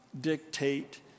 dictate